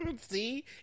See